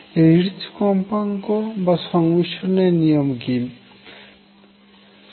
Ritz কম্পাঙ্ক বা সংমিশ্রনের নিয়মটি কি